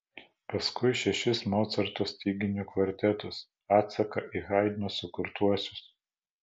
paskui šešis mocarto styginių kvartetus atsaką į haidno sukurtuosius